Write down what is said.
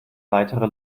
weitere